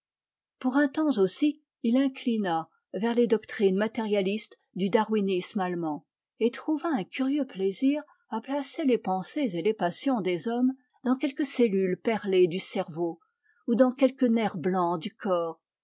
pour un temps aussi il inclina vers les doctrines matérialistes du darwinisme allemand et trouva un curieux plaisir à placer les pensées et les passions des hommes dans quelque cellule perlée du cerveau ou dans quelque nerf blanc du corps